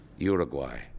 Uruguay